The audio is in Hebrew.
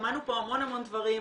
שמענו פה המון דברים,